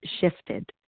shifted